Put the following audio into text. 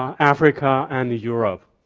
africa and europe.